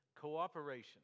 Cooperation